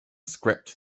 script